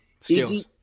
Skills